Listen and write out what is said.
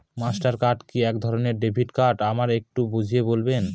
Master card কি একধরণের debit card আমায় একটু বুঝিয়ে বলবেন?